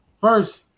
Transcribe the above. first